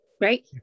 Right